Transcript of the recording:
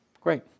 Great